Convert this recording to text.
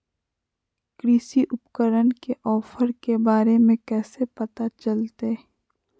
कृषि उपकरण के ऑफर के बारे में कैसे पता चलतय?